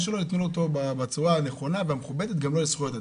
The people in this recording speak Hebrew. שלו בצורה הנכונה והמכובדת גם לו יש זכויות אדם.